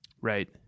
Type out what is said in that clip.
right